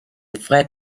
fled